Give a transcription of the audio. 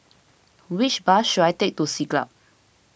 which bus should I take to Siglap